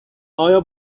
آیا